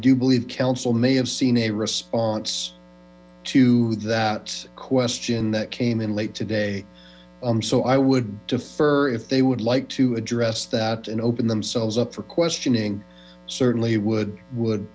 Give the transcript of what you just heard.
do believe council may have seen a response to that question that came in late today so i would defer if they would like to address that and open themselves up for questioning certainly would would